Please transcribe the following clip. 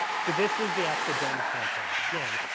so, this is the actual branded campaign. again,